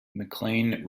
mclean